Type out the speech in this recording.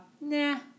nah